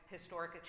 historic